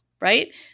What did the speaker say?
right